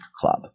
club